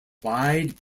wide